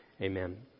Amen